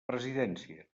presidència